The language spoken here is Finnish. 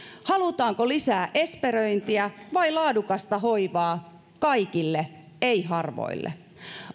halutaanko lisää esperöintiä vai laadukasta hoivaa kaikille ei harvoille